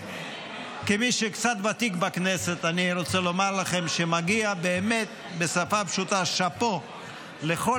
כמי שקצת ותיק בכנסת אני רוצה לומר לכם שמגיע באמת בשפה פשוטה שאפו לכל